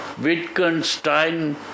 Wittgenstein